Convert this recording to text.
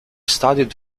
studied